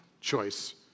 choice